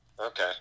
Okay